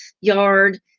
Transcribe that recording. yard